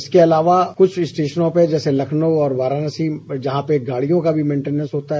इसके अलावा कुछ स्टेशनों पर जैसे लखनऊ और वाराणसी जहां पर गाड़ियों का भी मेंटीनेंस होता है